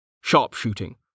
Sharpshooting